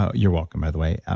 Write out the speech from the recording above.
ah you're welcome, by the way.